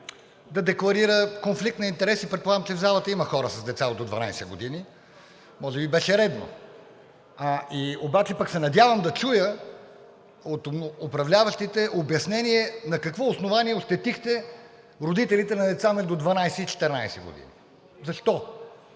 да декларира конфликт на интереси, предполагам, че в залата има хора с деца до 12 години. Може би беше редно. Обаче се надявам да чуя от управляващите обяснение – на какво основание ощетихте родителите на деца между 12 и 14 години. Защо?